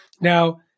Now